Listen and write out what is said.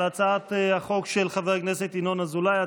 על הצעת החוק של חבר הכנסת ינון אזולאי,